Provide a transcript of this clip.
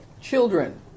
children